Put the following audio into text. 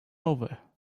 over